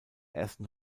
ersten